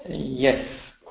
yes.